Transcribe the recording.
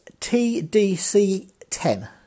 TDC10